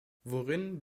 worin